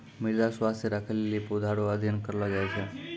मृदा स्वास्थ्य राखै लेली पौधा रो अध्ययन करलो जाय छै